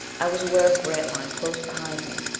i was aware of grantline close behind me.